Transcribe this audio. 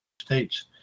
states